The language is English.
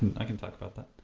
i can talk about that.